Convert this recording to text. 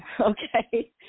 okay